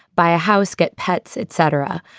buy a house, get pets, etc.